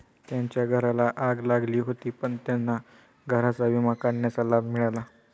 त्यांच्या घराला आग लागली होती पण त्यांना घराचा विमा काढण्याचा लाभ मिळाला